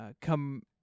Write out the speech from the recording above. come